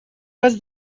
was